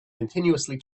continuously